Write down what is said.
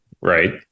right